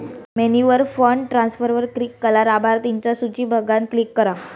मेन्यूवर फंड ट्रांसफरवर क्लिक करा, लाभार्थिंच्या सुची बघान क्लिक करा